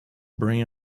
bring